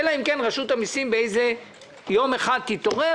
אלא אם כן רשות המסים באיזה יום תתעורר